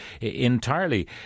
entirely